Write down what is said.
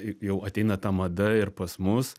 jau ateina ta mada ir pas mus